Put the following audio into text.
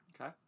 Okay